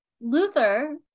Luther